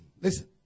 Listen